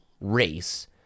race